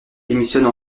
démissionne